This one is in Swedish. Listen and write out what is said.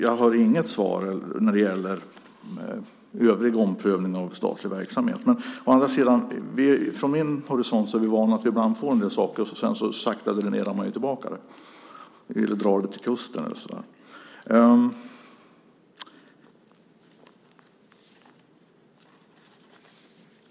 Jag fick inget svar när det gäller omprövning av övrig statlig verksamhet. Å andra sidan är vi från min horisont vana vid att ibland få vissa saker som sedan sakta dräneras och dras tillbaka, till kusten eller något sådant.